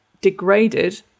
degraded